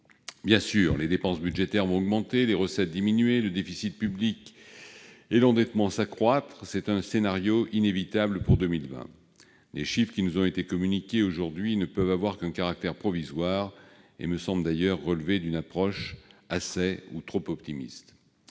Bien sûr, les dépenses budgétaires vont augmenter et les recettes diminuer, le déficit public et l'endettement vont s'accroître. Ce scénario est inévitable pour l'année 2020. Les chiffres qui nous ont été communiqués aujourd'hui ne peuvent avoir qu'un caractère provisoire et me semblent, d'ailleurs, relever d'une approche un peu, peut-être trop, optimiste.